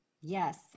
Yes